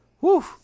woo